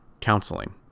counseling